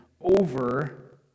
over